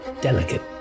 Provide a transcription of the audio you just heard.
delicate